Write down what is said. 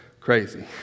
crazy